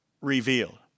revealed